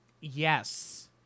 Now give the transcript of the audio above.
Yes